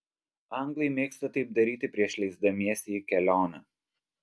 anglai mėgsta taip daryti prieš leisdamiesi į kelionę